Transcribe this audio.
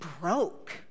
broke